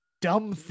dumb